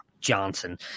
Johnson